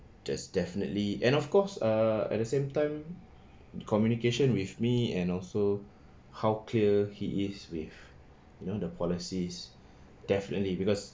just definitely and of course uh at the same time the communication with me and also how clear he is with you know the policies definitely because